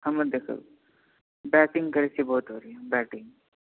हमे देखू बैटिंग करै छियै